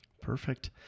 Perfect